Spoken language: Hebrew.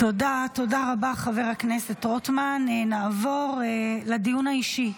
תודה רבה לחבר הכנסת רוטמן, ונעבור לדיון האישי.